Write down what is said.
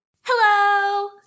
Hello